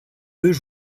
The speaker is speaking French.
deux